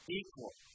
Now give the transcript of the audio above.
equal